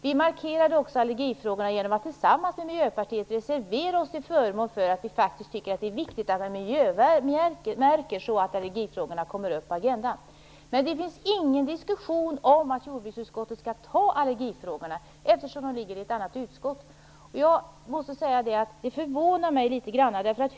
Vi markerade också allergifrågorna genom att tillsammans med Miljöpartiet reservera oss till förmån för miljömärkning. Vi tycker faktiskt att det är viktigt att allergifrågorna kommer upp på agendan. Men det finns ingen diskussion om att jordbruksutskottet skall ta sig an allergifrågorna, eftersom de ligger i ett annat utskott. Jag måste säga att det uttalandet förvånar mig litet grand.